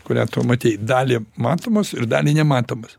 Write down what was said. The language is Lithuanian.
kurią tu matei dalį matomos ir dalį nematomas